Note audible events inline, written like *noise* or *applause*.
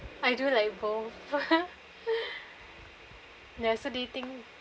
I do like both *laughs* ya so do you think